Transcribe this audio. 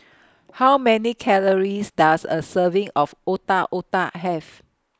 How Many Calories Does A Serving of Otak Otak Have